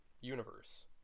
universe